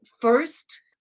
first